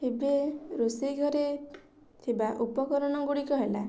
ଏବେ ରୋଷେଇଘରେ ଥିବା ଉପକରଣ ଗୁଡ଼ିକ ହେଲା